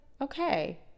okay